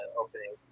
opening